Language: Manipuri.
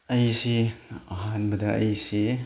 ꯑꯩꯁꯤ ꯑꯍꯥꯟꯕꯗ ꯑꯩꯁꯤ